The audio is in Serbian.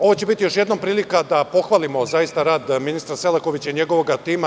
Ovo će biti još jednom prilika da pohvalimo rad ministra Selakovića i njegovog tima.